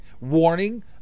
warning